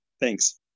thanks